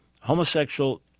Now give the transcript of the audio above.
homosexual